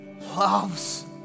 loves